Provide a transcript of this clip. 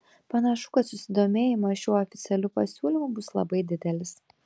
panašu kad susidomėjimas šiuo oficialiu pasiūlymu bus labai didelis